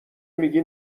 میگی